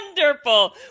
wonderful